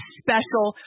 special